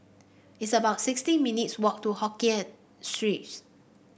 it's about sixty minutes walk to Hokkien Street